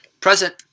present